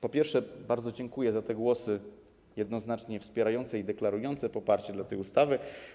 Po pierwsze, bardzo dziękuję za głosy jednoznacznie wspierające i deklarujące poparcie dla tej ustawy.